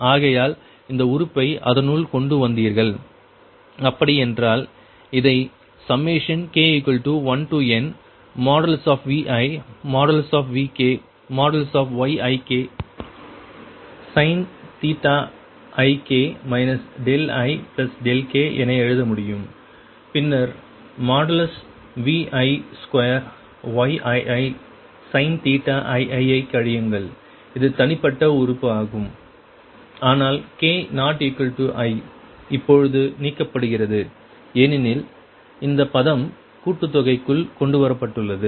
ஆகையால் இந்த உறுப்பை அதனுள் கொண்டு வந்தீர்கள் அப்படியென்றால் இதை k1nViVkYiksin ik ik என எழுத முடியும் பின்னர் Vi2Yiisin ii ஐ கழியுங்கள் இது தனிப்பட்ட உறுப்பு ஆகும் ஆனால் k≠i இப்பொழுது நீக்கப்படுகிறது ஏனெனில் இந்த பதம் கூட்டுதொகைக்குள் கொண்டுவரப்பட்டுள்ளது